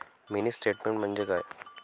Mini statement म्हणजे काय?